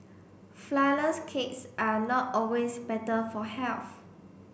flourless cakes are not always better for health